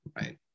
right